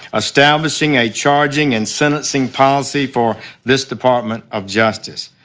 establishing a charging and sentencing policy for this department of justice.